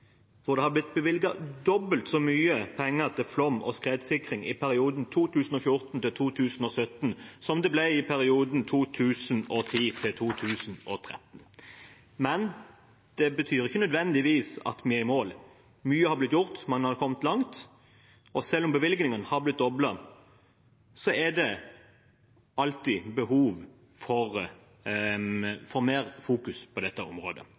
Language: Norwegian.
Det har blitt bevilget dobbelt så mye penger til flom- og skredsikring i perioden 2014–2017 som det ble i perioden 2010–2013. Det betyr ikke nødvendigvis at vi er i mål. Mye har blitt gjort, og man har kommet langt, og selv om bevilgningene har blitt doblet, er det alltid behov for å fokusere mer på dette området.